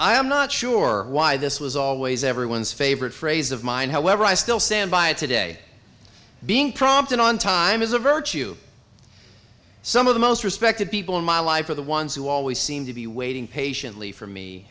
sure why this was always everyone's favorite phrase of mine however i still stand by it today being prompt and on time is a virtue some of the most respected people in my life are the ones who always seem to be waiting patiently for me